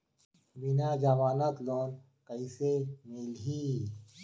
बिना जमानत लोन कइसे मिलही?